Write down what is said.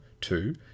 two